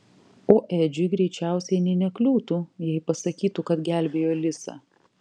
o edžiui greičiausiai nė nekliūtų jei pasakytų kad gelbėjo lisą